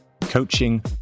coaching